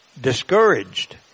discouraged